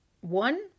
one